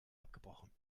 abgebrochen